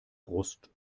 brust